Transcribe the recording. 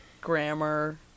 grammar